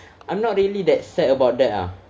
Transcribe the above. I'm not really that sad about that ah